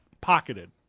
Pocketed